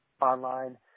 online